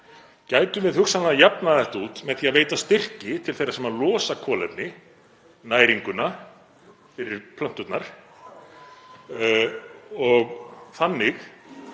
Gætum við hugsanlega jafnað þetta út með því að veita styrki til þeirra sem losa kolefni, næringuna fyrir plönturnar, og þannig